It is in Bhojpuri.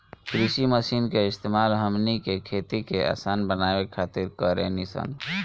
कृषि मशीन के इस्तेमाल हमनी के खेती के असान बनावे खातिर कारेनी सन